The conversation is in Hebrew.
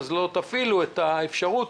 לא תפעילו את האפשרות,